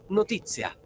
notizia